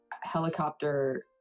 helicopter